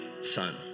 son